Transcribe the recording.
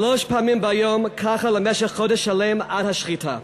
שלוש פעמים ביום, ככה במשך חודש שלם עד השחיטה.